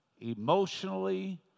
emotionally